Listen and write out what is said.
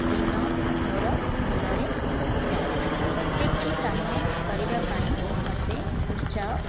ଦିନ ମୋର ଭଲରେ ଯାଏ ପ୍ରତ୍ୟକଟି କାମ କରିବା ପାଇଁ ମୋତେ ଉତ୍ସାହ